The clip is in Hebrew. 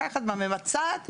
והמפקחת והמבצעת.